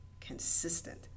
consistent